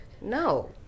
No